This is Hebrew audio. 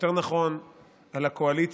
יותר נכון על הקואליציה,